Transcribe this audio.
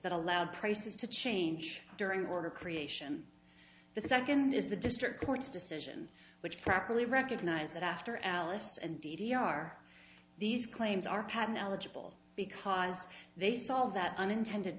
that allowed prices to change during order creation the second is the district court's decision which properly recognized that after alice and d d r these claims are pattern eligible because they solve that unintended